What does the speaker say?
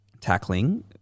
tackling